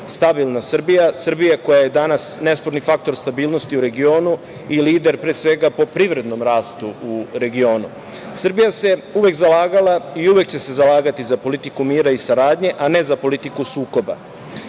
stabilna Srbija, Srbija koja je danas nesporni faktor stabilnosti u regionu i lider pre svega po privrednom rastu u regionu. Srbija se uvek zalagala i uvek će se zalagati za politiku mira i saradnje, a ne za politiku sukoba. Možda